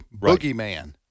boogeyman